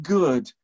good